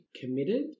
committed